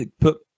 put